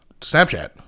Snapchat